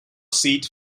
seat